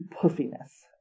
Puffiness